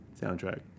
soundtrack